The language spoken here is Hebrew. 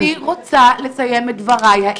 אני רוצה לסיים את דבריי.